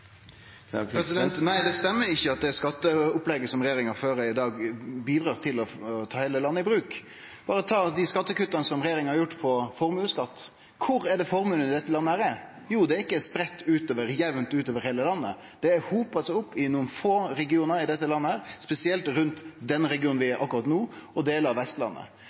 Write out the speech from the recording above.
Nei, det stemmer ikkje at det skatteopplegget som regjeringa har i dag, bidrar til å ta heile landet i bruk. Berre ta dei kutta som regjeringa har gjort i formuesskatten: Kvar er det formuane i dette landet er? Dei er ikkje spreidde jamt utover heile landet, men dei har hopa seg opp i nokre få regionar, spesielt i den regionen vi er i akkurat no, og i delar av Vestlandet.